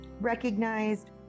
recognized